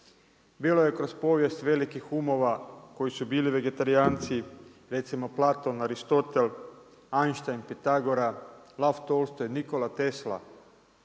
Bilo je kroz povijest velikih umova, koji su bili vegetarijanci, recimo Platon, Aristotel, Einstein, Pitagora, …/Govornik se